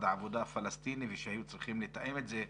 העבודה הפלסטיני ושהיו צריכים לתאם את זה,